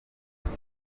nuko